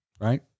Right